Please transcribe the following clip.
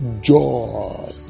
joy